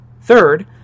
Third